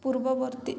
ପୂର୍ବବର୍ତ୍ତୀ